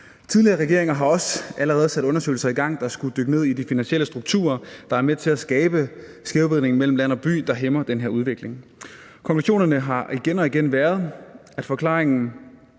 Tidligere regeringer har også allerede sat undersøgelser i gang, der skulle dykke ned i de finansielle strukturer, der er med til at skabe skævvridning mellem land og by, som hæmmer den her udvikling. Konklusionerne har igen og igen været, at forklaringen